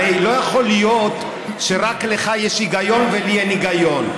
הרי לא יכול להיות שרק לך יש היגיון ולי אין היגיון.